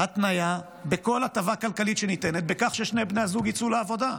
התניה בכל הטבה כלכלית שניתנת היא ששני בני הזוג יצאו לעבודה.